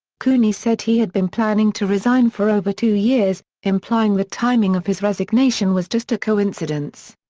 cooney said he had been planning to resign for over two years, implying the timing of his resignation was just a coincidence.